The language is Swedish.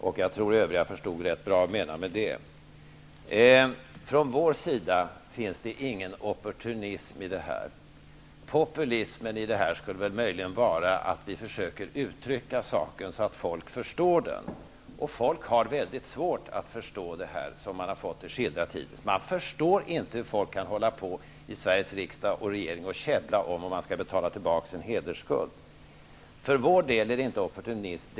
Jag tror att de övriga förstod ganska bra vad jag menade med det. Det finns ingen opportunism från vår sida i det här. Populismen i detta skulle möjligen vara att vi försöker uttrycka saken så att folk förstår den. Folk har mycket svårt att förstå detta, som det har skildrats hittills. De förstår inte hur Sveriges riksdag och regering kan hålla på och käbbla om huruvida man skall betala tillbaks en hedersskuld. För vår del handlar det inte om opportunism.